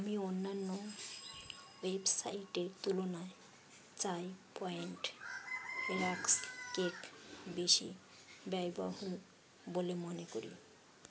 আমি অন্যান্য ওয়েবসাইটের তুলনায় চাই পয়েন্ট রাক্স কেক বেশি ব্যয়বহ বলে মনে করি